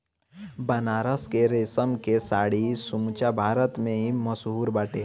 बनारस के रेशम के साड़ी समूचा भारत में मशहूर बाटे